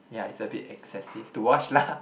yeah it's a bit excessive to wash lah